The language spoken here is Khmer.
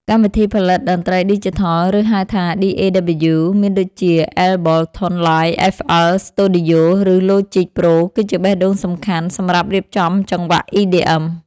កម្មវិធីផលិតតន្ត្រីឌីជីថល ឬហៅថា DAW មានដូចជា អេប៊លថុន ឡាយ អែហ្វអិល ស្ទូឌីយ៉ូ ឬ ឡូជិក ប្រូ គឺជាបេះដូងសំខាន់សម្រាប់រៀបចំចង្វាក់ EDM។